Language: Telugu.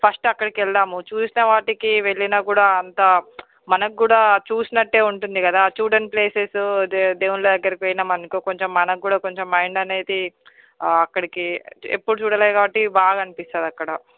ఫస్ట్ అక్కడికి వెళ్దాము చూసిన వాటికి వెళ్ళినా కూడా అంత మనకి కూడా చూసినట్టే ఉంటుంది కదా చూడని ప్లేసెస్ దేవుళ్ళ దగ్గరికి వెళ్ళిపోయామనుకో కొంచెం మనకు కూడా కొంచెం మైండ్ అనేది అక్కడికి ఎప్పుడు చూడలేదు కాబట్టి బాగా అనిపిస్తుంది అక్కడ